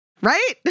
Right